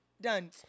Done